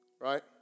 right